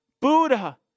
Buddha